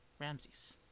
Ramses